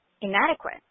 inadequate